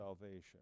salvation